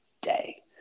day